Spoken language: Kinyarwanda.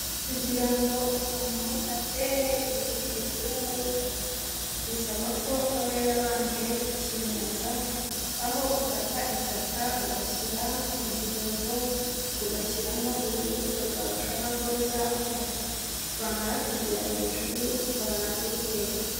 Kugira ngo umuntu atere igiti gikure neza bisaba ko aba yarabanje kukinaza, aho ufata itaka ugashyira mu gihoho ugashyiramo urubuto rwawe ushaka ko ruzakura, rwamara kugera hejuru ukabona kurutera.